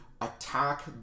attack